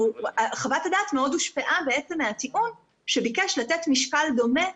חוות הדעת מאוד הושפעה מהטיעון שביקש לתת משקל דומה